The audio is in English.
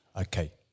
Okay